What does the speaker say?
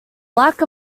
lack